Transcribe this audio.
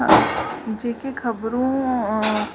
ख जेके खबरूं